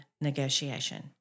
negotiation